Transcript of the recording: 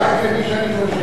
לא לכל אחד, רק למי שאני חושב.